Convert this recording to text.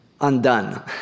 undone